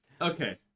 okay